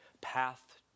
path